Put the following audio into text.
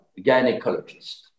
gynecologist